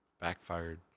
backfired